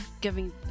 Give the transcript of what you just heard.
Giving